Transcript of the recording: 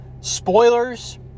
spoilers